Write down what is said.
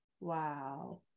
Wow